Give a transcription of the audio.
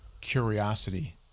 curiosity